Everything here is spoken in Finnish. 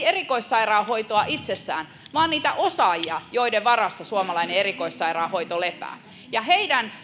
erikoissairaanhoitoa itsessään vaan niitä osaajia joiden varassa suomalainen erikoissairaanhoito lepää ja heidän